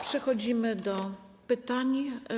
Przechodzimy do pytań.